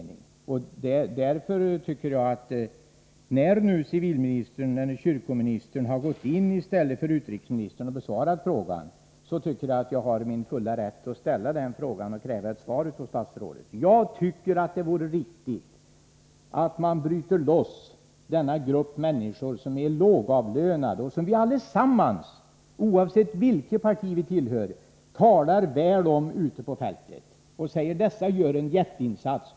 När nu kyrkoministern har gått in och besvarat frågan i stället för utrikesministern, tycker jag att jag har min fulla rätt att ställa denna fråga och kräva ett svar av statsrådet. Det vore riktigt att bryta loss denna grupp människor, som är lågavlönade och som vi allesammans, oavsett vilket parti vi tillhör, talar väl om ute på fältet och säger att de gör en jätteinsats.